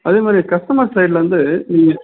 அதே மாதிரி கஸ்டமர் சைடுலேந்து நீங்கள்